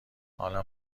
حالم